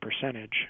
percentage